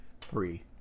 Three